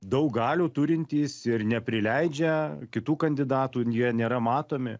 daug galių turintys ir neprileidžia kitų kandidatų jie nėra matomi